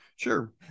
Sure